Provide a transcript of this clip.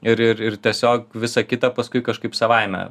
ir ir ir tiesiog visa kita paskui kažkaip savaime